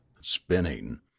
spinning